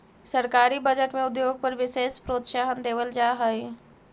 सरकारी बजट में उद्योग पर विशेष प्रोत्साहन देवल जा हई